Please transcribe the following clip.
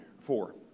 Four